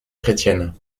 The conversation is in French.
chrétienne